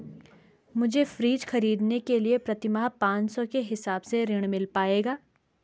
मुझे फ्रीज खरीदने के लिए प्रति माह पाँच सौ के हिसाब से ऋण मिल पाएगा?